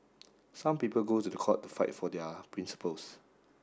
some people go to the court to fight for their principles